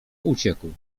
uciekł